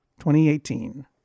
2018